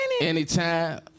anytime